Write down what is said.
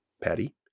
Patty